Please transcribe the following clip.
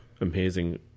amazing